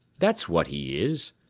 that's what he is,